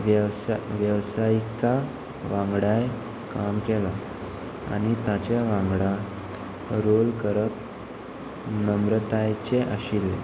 वेवसा वेवसायिका वांगडाय काम केलां आनी ताच्या वांगडा रोल करप नम्रतायेचें आशिल्लें